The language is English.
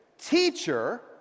Teacher